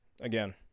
Again